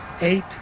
eight